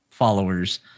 followers